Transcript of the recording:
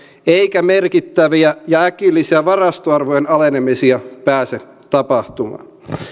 eikä merkittäviä ja äkillisiä varastoarvojen alenemisia pääse tapahtumaan